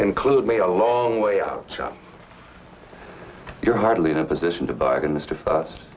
include me a long way out you're hardly in a position to bargain this to